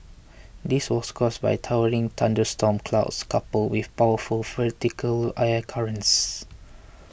this was caused by towering thunderstorm clouds coupled with powerful vertical air currents